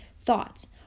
thoughts